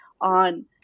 on